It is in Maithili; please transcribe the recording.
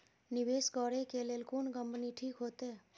निवेश करे के लेल कोन कंपनी ठीक होते?